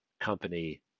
company